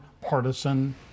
partisan